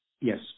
Yes